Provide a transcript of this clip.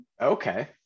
okay